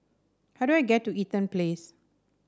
how do I get to Eaton Place